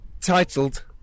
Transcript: titled